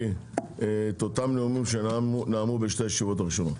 אותם נאומים שנאמו בשתי הישיבות הראשונות.